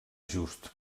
just